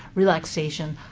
relaxation,